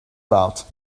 about